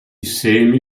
semi